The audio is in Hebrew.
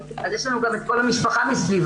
יש לנו גם את כל המשפחה מסביב.